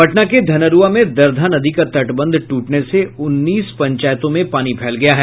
पटना के धनरूआ में दरधा नदी का तटबंध ट्टने से उन्नीस पंचायतों में पानी फैल गया है